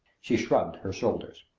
she shrugged her shoulders.